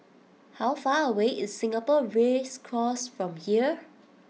how far away is Singapore Race Course from here